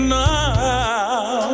now